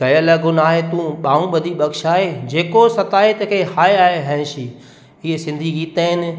कयल गुनाह तूं ॿाहूं बधी ॿक्शाए जेको सताए कंहिंखे हाए हाए हैंशी इहे सिंधी गीत आहिनि